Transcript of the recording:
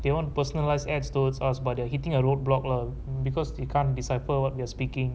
they want personalized ads towards us but they're hitting a roadblock lah because you can't decipher what we are speaking